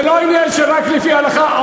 זה לא עניין של רק לפי ההלכה.